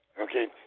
Okay